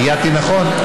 אייתי נכון?